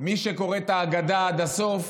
מי שקורא את ההגדה עד הסוף?